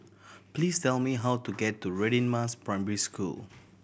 please tell me how to get to Radin Mas Primary School